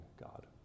God